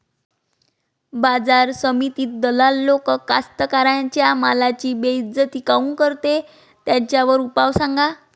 बाजार समितीत दलाल लोक कास्ताकाराच्या मालाची बेइज्जती काऊन करते? त्याच्यावर उपाव सांगा